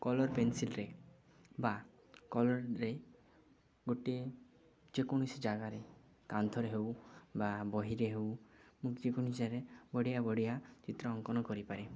colour ପେନସିଲ୍ରେ ବା କଲର୍ରେ ଗୋଟିଏ ଯେକୌଣସି ଜାଗାରେ କାନ୍ଥରେ ହେଉ ବା ବହିରେ ହେଉ ମୁଁ ଯେକୌଣସି ବଢ଼ିଆ ବଢ଼ିଆ ଚିତ୍ର ଅଙ୍କନ କରିପାରେ